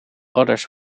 others